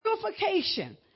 Purification